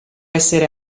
essere